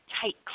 tight